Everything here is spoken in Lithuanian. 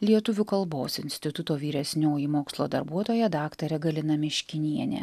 lietuvių kalbos instituto vyresnioji mokslo darbuotoja daktarė galina miškinienė